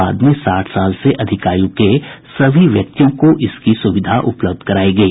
बाद में साठ वर्ष से अधिक आयु के सभी व्यक्तियों को इसकी सुविधा उपलब्ध कराई गई